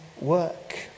work